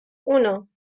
uno